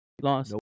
Lost